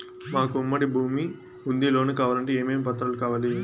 మాకు ఉమ్మడి భూమి ఉంది లోను కావాలంటే ఏమేమి పత్రాలు కావాలి?